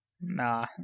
Nah